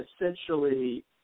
essentially